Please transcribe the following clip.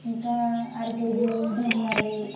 ఇంకా అర కేజీ ధనియాలు